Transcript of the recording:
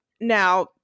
Now